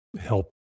help